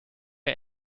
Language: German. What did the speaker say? der